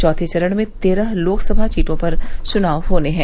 चौथे चरण में तेरह लोकसभा सीटों पर चुनाव होने हैं